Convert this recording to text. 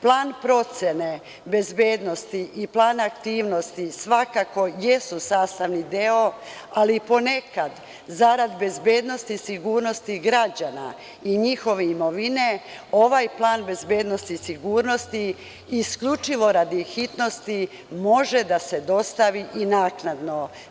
Plan procene bezbednosti i plan aktivnosti svakako jesu sastavni deo, ali ponekad, zarad bezbednosti i sigurnosti građana i njihove imovine, ovaj plan bezbednosti i sigurnosti, isključivo radi hitnosti, može da se dostavi i naknadno.